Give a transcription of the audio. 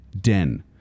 Den